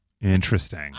Interesting